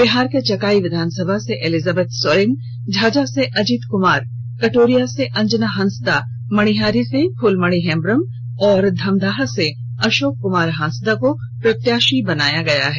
बिहार के चकाई विधानसभा एलिजाबेथ सोरेन झाझा से अजित कुमार कटोरिया से अंजना हांसदा मणिहारी से फूलमणि हेम्ब्रम और धमधाहा से अशोक कुमार हांसदा को प्रत्याशी बनाया गया है